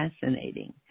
fascinating